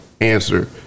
answer